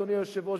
אדוני היושב-ראש,